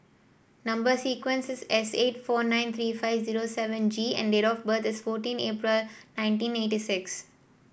number sequence is S eight four nine three five zero seven G and date of birth is fourteen April nineteen eighty six